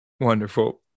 Wonderful